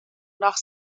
nach